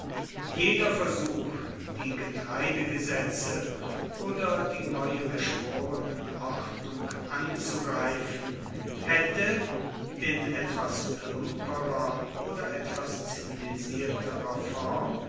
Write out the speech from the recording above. jeder versuch die getreidegesetze oder die neue geschworenenordnung anzugreifen hätte in etwas plumperer oder etwas zivilisierterer form